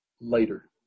later